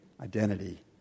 Identity